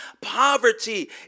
poverty